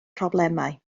problemau